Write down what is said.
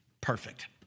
Perfect